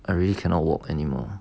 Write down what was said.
I really cannot walk anymore